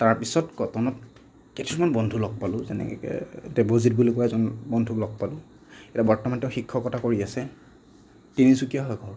তাৰ পিছত কটনত কেইজনমান বন্ধু লগ পালোঁ যেনেকৈ দেৱজিৎ বুলি কোৱা এজন বন্ধুক লগ পালোঁ এতিয়া বৰ্তমান তেওঁ শিক্ষকতা কৰি আছে তিনিচুকীয়া হয় ঘৰ